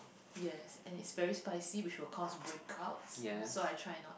yes and is very spicy which will cause break outs so I try not